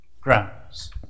grounds